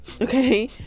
Okay